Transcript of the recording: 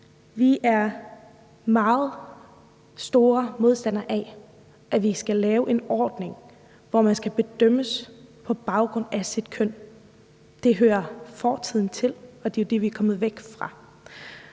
Vi er meget store modstandere af, at vi skal lave en ordning, hvor man skal bedømmes på baggrund af sit køn. Det hører fortiden til, og det er jo det, vi er kommet væk fra.